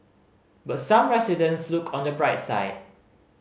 but some residents look on the bright side